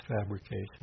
fabrication